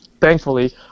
thankfully